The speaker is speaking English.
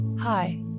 Hi